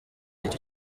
icyo